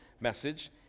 message